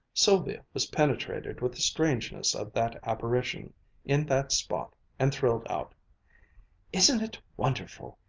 sylvia was penetrated with the strangeness of that apparition in that spot and thrilled out isn't it wonderful!